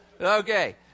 Okay